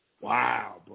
Wow